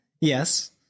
Yes